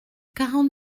quarante